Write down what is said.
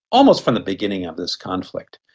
almost from the beginning of this conflict,